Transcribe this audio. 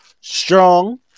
strong